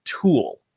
tool